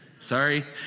Sorry